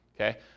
Okay